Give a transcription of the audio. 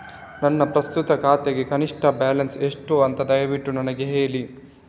ನನ್ನ ಪ್ರಸ್ತುತ ಖಾತೆಗೆ ಕನಿಷ್ಠ ಬ್ಯಾಲೆನ್ಸ್ ಎಷ್ಟು ಅಂತ ದಯವಿಟ್ಟು ನನಗೆ ಹೇಳಿ